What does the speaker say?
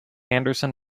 anderson